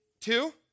Two